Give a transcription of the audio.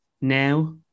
Now